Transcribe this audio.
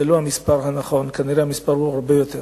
הוא לא המספר הנכון וכנראה המספר גדול הרבה יותר.